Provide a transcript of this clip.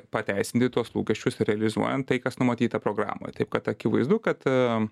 pateisinti tuos lūkesčius realizuojant tai kas numatyta programoje taip kad akivaizdu kad